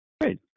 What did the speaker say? Great